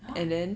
!huh!